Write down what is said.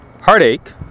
heartache